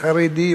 חרדים,